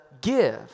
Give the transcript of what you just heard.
give